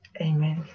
amen